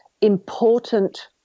important –